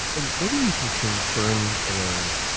and maybe you can confirm or